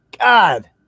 God